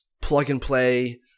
plug-and-play